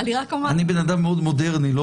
אני אדם מאוד מודרני.